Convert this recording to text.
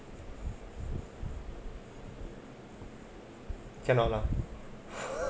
cannot lah